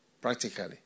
practically